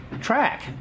track